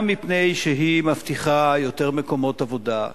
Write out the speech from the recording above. גם מפני שהיא מבטיחה יותר מקומות עבודה,